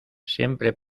siempre